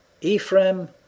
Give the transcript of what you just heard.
Ephraim